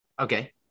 Okay